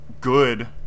good